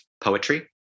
poetry